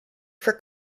for